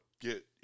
get